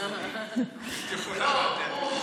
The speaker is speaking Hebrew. במשרד הבריאות?